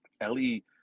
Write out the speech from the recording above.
Ellie